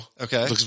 Okay